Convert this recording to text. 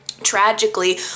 tragically